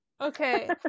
Okay